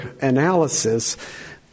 analysis